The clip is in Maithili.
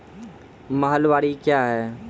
महलबाडी क्या हैं?